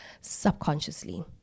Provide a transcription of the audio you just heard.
subconsciously